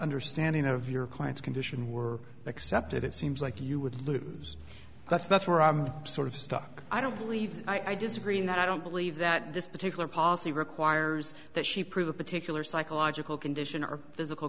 understanding of your client's condition were accepted it seems like you would lose that's that's where i'm sort of stuck i don't believe i disagree in that i don't believe that this particular policy requires that she prove a particular psychological condition or physical